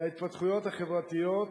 להתפתחויות החברתיות,